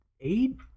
eight